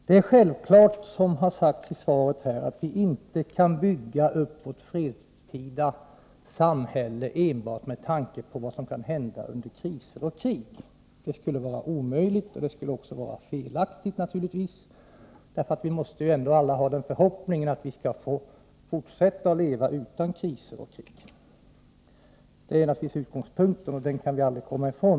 Det är självklart, som det har sagts i svaret, att vi inte kan bygga upp vårt fredstida samhälle enbart med tanke på vad som kan hända under kriser och krig. Det skulle vara omöjligt, och det skulle naturligtvis också vara felaktigt, för vi måste alla hysa den förhoppningen att vi skall få fortsätta att leva utan kriser och krig. Den utgångspunkten kan vi aldrig komma ifrån.